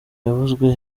yavuzwe